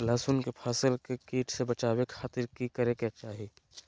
लहसुन के फसल के कीट से बचावे खातिर की करे के चाही?